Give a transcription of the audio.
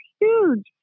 huge